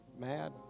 Mad